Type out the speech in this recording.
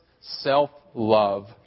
self-love